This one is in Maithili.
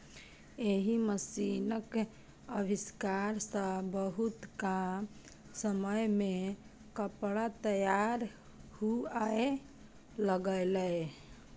एहि मशीनक आविष्कार सं बहुत कम समय मे कपड़ा तैयार हुअय लागलै